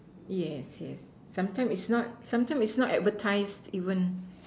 yeah yeah sometimes it's not sometimes it's not advertised even